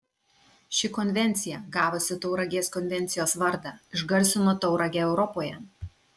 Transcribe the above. ši konvencija gavusi tauragės konvencijos vardą išgarsino tauragę europoje